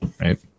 right